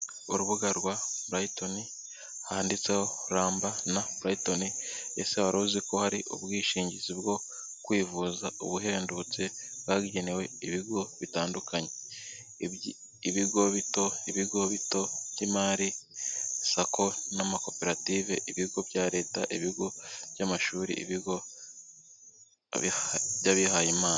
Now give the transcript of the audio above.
Urubuga rwa burayitoni handitseho ramba na burayitoni ese waruzi ko hari ubwishingizi bwo kwivuza ubuhendutse bwagenewe ibigo bitandukanye ibigo bito ibigo by'imari sako n'amakoperative ibigo bya leta ibigo by'amashuri ibigo by'abihayimana.